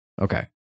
okay